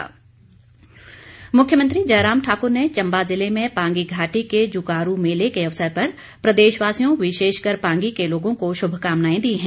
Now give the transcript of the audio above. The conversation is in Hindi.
जुकारू उत्सव मुख्यमंत्री जयराम ठाक्र ने चंबा ज़िले में पांगी घाटी के जुकारू मेले के अवसर पर प्रदेशवासियों विशेष कर पांगी के लोगों को शुभकामनाएं दी हैं